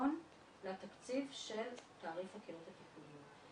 מיליון לתקציב של תעריף הקהילות הטיפוליות.